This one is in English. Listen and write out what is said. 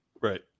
Right